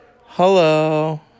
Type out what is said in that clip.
Hello